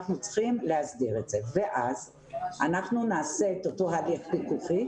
אנחנו צריכים להסדיר את זה ואז אנחנו נעשה את אותו הליך פיקוחי.